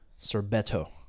sorbetto